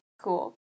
cool